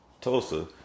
Tulsa